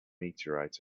meteorite